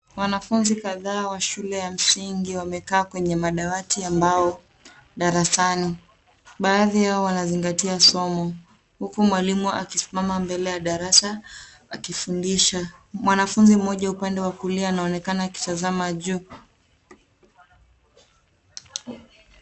Wanafunzi kadhaa wa shule ya msingi wamekaa kwenye madawati ya mbao darasani. Baadhi yao wanazingatia somo huku mwalimu akismama mbele ya darasa akifundisha. Mwanafunzi mmoja upande wa kulia anaonekana akitazama juu.